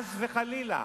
חס וחלילה.